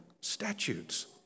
statutes